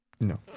No